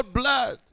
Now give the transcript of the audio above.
blood